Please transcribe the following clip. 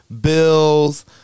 bills